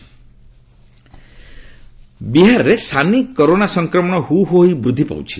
Bihar covid ବିହାରରେ ସାନି corona ସଂକ୍ରମଣ ହୁହୁ ହୋଇ ବୃଦ୍ଧି ପାଉଛି